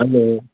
hello